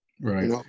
Right